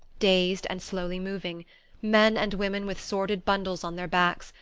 dazed and slowly moving men and women with sordid bundles on their backs,